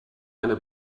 eine